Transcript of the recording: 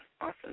awesome